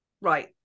right